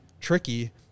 tricky